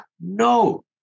No